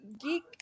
geek